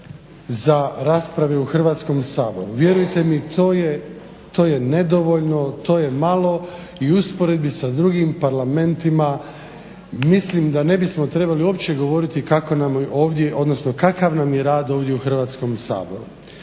za rasprave u Hrvatskom saboru. Vjerujte mi to je nedovoljno, to je malo i u usporedbi sa drugim parlamentima mislim da ne bismo trebali uopće govoriti kako nam je ovdje, odnosno kakav